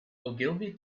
ogilvy